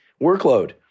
workload